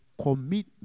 commit